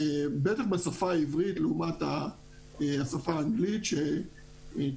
בטח בשפה העברית לעומת השפה האנגלית שציינו,